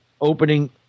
opening